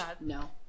No